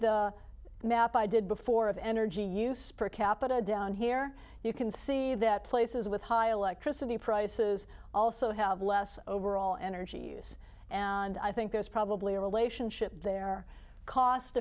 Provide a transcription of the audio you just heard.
the map i did before of energy use per capita down here you can see that places with high electricity prices also have less overall energy use and i think there's probably a relationship there cost